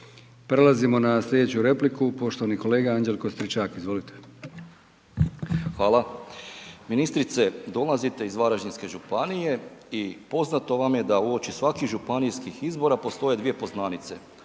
Prelazimo na sljedeću repliku, poštovani kolega Anđelko Stričak. Izvolite. **Stričak, Anđelko (HDZ)** Hvala. Ministrice, dolazite iz Varaždinske županije i poznato vam je da uoči svakih županijskih izbora postoje dvije poznanice,